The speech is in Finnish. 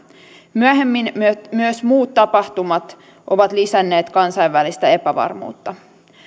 myöhemmin myös muut tapahtumat ovat lisänneet kansainvälistä epävarmuutta